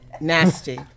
Nasty